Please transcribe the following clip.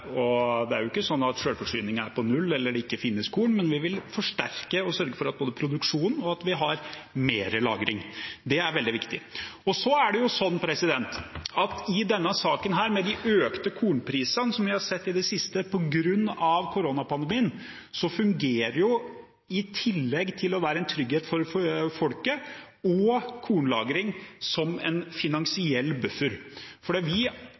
Det er ikke sånn at selvforsyningen er på null, eller at det ikke finnes korn, men vi vil forsterke og sørge for både produksjon og mer lagring. Det er veldig viktig. Og med de økte kornprisene som vi har sett i det siste på grunn av koronapandemien, fungerer jo – i tillegg til å være en trygghet for folket – også kornlagring som en finansiell buffer. Vi importerer korn i dag, og det kommer vi